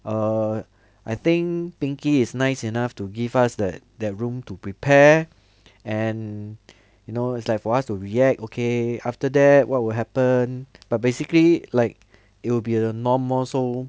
err I think pinkie is nice enough to give us that that room to prepare and you know it's like for us to react okay after their what will happen but basically like it'll be a norm lor so